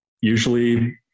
usually